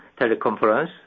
teleconference